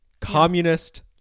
Communist